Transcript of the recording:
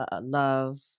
Love